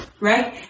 right